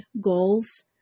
goals